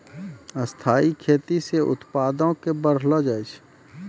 स्थाइ खेती से उत्पादो क बढ़लो जाय छै